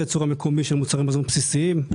הייצור המקומי של מוצרי מזון בסיסיים.